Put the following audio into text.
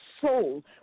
soul